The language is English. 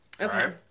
Okay